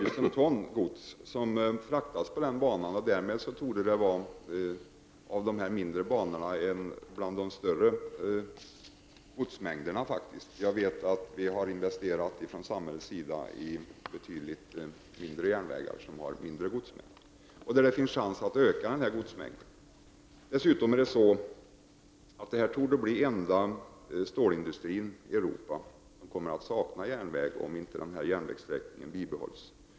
Det fraktas 170 000 ton gods på den banan. Det torde vara en av de större godsmängderna när det gäller de mindre banorna. Jag vet att man från samhällets sida har investerat i betydligt mindre järnvägar som har mindre godsmängd och där det funnits chans att öka godsmängden. Om inte den här järnvägssträckningen bibehålls torde detta innebära att den ifrågavarande stålindustrin blir den enda i Europa som kommer att sakna järnväg.